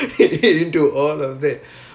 okay